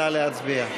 נא להצביע.